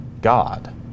God